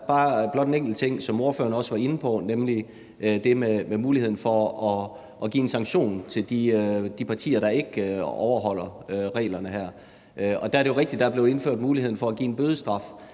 Der er blot en enkelt ting, som ordføreren også var inde på, nemlig det med muligheden for at give en sanktion til de partier, der ikke overholder reglerne her. Det er jo rigtigt, at der blev indført en mulighed for at give en bødestraf,